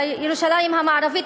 בירושלים המערבית,